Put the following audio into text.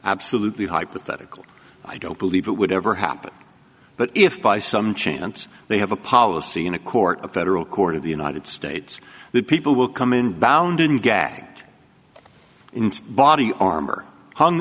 absolutely hypothetical i don't believe it would ever happen but if by some chance they have a policy in a court of federal court of the united states the people will come in bound and gagged into body armor hung